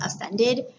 offended